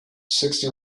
sixty